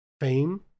Fame